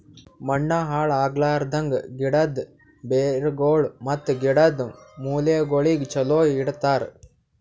ಮಣ್ಣ ಹಾಳ್ ಆಗ್ಲಾರ್ದಂಗ್, ಗಿಡದ್ ಬೇರಗೊಳ್ ಮತ್ತ ಗಿಡದ್ ಮೂಲೆಗೊಳಿಗ್ ಚಲೋ ಇಡತರ್